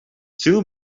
two